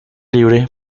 libre